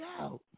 out